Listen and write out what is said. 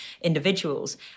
individuals